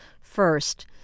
First